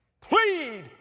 Plead